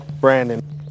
Brandon